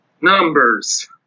numbers